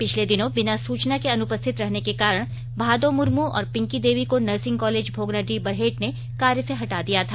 पिछले दिनों बिना सूचना के अनुपस्थित रहने के कारण भादो मुर्मू और पिंकी देवी को नर्सिंग कॉलेज भोगनाडीह बरहेट ने कार्य से हटा दिया था